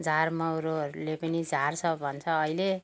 झारमौरोहरूले पनि झार्छ भन्छ अहिले